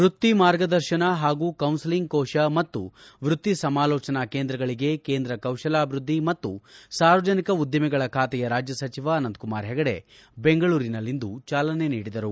ವೃತ್ತಿ ಮಾರ್ಗದರ್ಶನ ಹಾಗೂ ಕೌನ್ಸಲಿಂಗ್ ಕೋಶ ಮತ್ತು ವೃತ್ತಿ ಸಮಾಲೋಚನಾ ಕೇಂದ್ರಗಳಿಗೆ ಕೇಂದ್ರ ಕೌಶಲ್ಕಾಭಿವೃದ್ದಿ ಮತ್ತು ಸಾರ್ವಜನಿಕ ಉದ್ದಿಮೆಗಳ ಖಾತೆಯ ರಾಜ್ಯ ಸಚಿವ ಅನಂತ ಕುಮಾರ್ ಹೆಗಡೆ ಬೆಂಗಳೂರಿನಲ್ಲಿಂದು ಚಾಲನೆ ನೀಡಿದರು